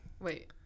Wait